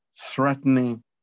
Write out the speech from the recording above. Threatening